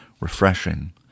refreshing